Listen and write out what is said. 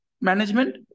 management